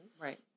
Right